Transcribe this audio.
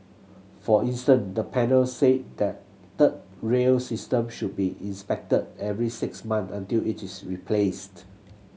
for instance the panel said the third rail system should be inspected every six month until it is replaced